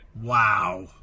Wow